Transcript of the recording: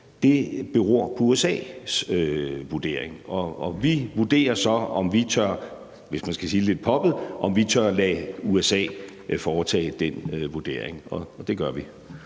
Det beror på USA's vurdering. Vi vurderer så, om vi, hvis man skal sige det lidt poppet, tør lade USA foretage den vurdering, og det gør vi.